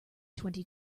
twenty